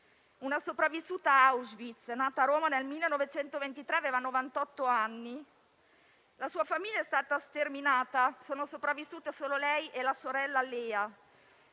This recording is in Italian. una sopravvissuta ad Auschwitz, nata a Roma nel 1923. Aveva novantotto anni, la sua famiglia è stata sterminata, sono sopravvissute solo lei è la sorella Lea.